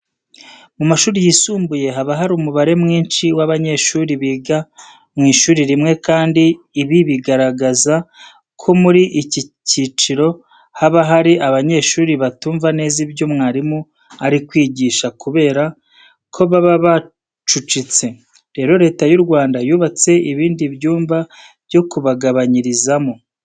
Mu mashuri yisumbuye haba hari umubare mwinshi w'abanyeshuri biga mu ishuri rimwe kandi ibi bigaragaza ko muri iki cyiciro haba hari abanyeshuri batumva neza ibyo mwarimu ari kwigisha kubera ko baba bacucitse. Rero, Leta y'u Rwanda yubatse ibindi byumba byo kubagabanyirizamo.